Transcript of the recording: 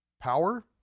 Power